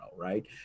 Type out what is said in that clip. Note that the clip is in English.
right